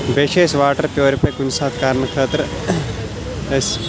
بیٚیہِ چھِ أسۍ واٹَر پیوٗرِفاے کُنہِ ساتہٕ کَرنہٕ خٲطرٕ أسۍ